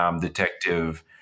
detective